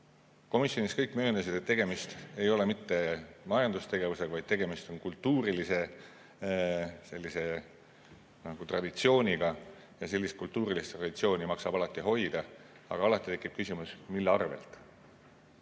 komisjonis kõik möönsid, et tegemist ei ole mitte majandustegevusega, vaid tegemist on kultuurilise traditsiooniga. Sellist kultuurilist traditsiooni maksab alati hoida, aga tekib küsimus, mille arvel.